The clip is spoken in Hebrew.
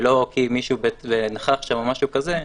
ולא כי מישהו נכח שם או משהו כזה,